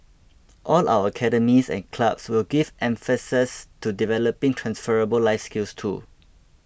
all our academies and clubs will give emphases to developing transferable life skills too